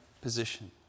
position